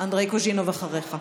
ואנדרי קוז'ינוב, אחריך.